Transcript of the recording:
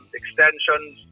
extensions